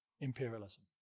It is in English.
imperialism